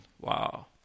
Wow